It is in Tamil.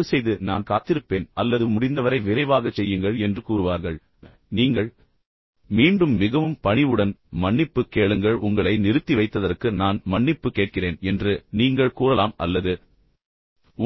தயவுசெய்து நான் காத்திருப்பேன் அல்லது முடிந்தவரை விரைவாகச் செய்யுங்கள் என்று கூறுவார்கள் நீங்கள் இணைப்பைக் கொடுக்கும்போது நீங்கள் திரும்பி வரும்போது மீண்டும் மிகவும் பணிவுடன் மன்னிப்பு கேளுங்கள் உங்களை நிறுத்தி வைத்ததற்கு நான் மன்னிப்பு கேட்கிறேன் என்று நீங்கள் கூறலாம் அல்லது